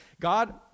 God